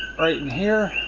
right in here,